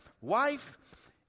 wife